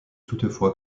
toutefois